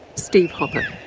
steve hopper.